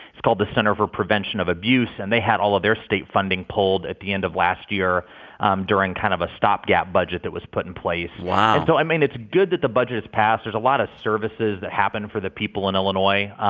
it's called the center for prevention of abuse. and they had all of their state funding pulled at the end of last year um during kind of a stopgap budget that was put in place wow and so, i mean, it's good that the budget has passed. there's a lot of services that happen for the people in illinois.